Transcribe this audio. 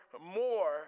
more